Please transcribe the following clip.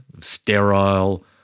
sterile